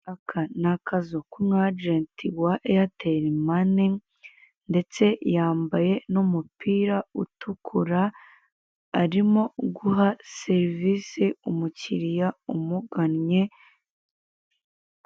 Aka ni akazu k'umwajenti wa eyateri mane ndetse yambaye n'umupira utukura arimo guha serivisi umukiriya umugannye.